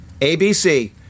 ABC